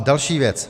Další věc.